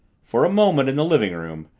for a moment, in the living-room,